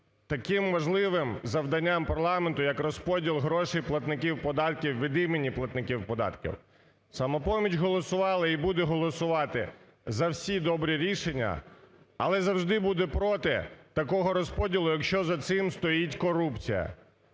таким важливим завданням парламенту, як розподіл грошей платників податків від імені платників податків. "Самопоміч" голосувала і буде голосувати за всі добрі рішення, але завжди буде проти такого розподілу, якщо за цим стоїть корупція.